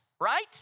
right